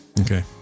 Okay